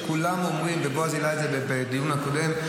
כולם אומרים ובועז העלה את זה בדיון הקודם.